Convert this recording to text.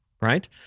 Right